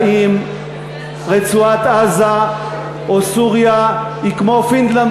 האם רצועת-עזה או סוריה הן כמו פינלנד